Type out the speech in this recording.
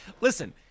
listen